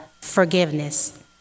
forgiveness